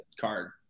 card